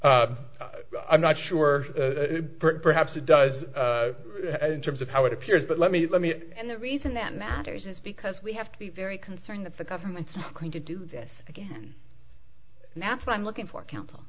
i'm not sure perhaps it does in terms of how it appears but let me let me and the reason that matters is because we have to be very concerned that the government's going to do this again and that's why i'm looking for counsel